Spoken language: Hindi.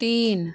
तीन